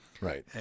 Right